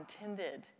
intended